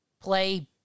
play